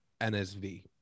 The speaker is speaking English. NSV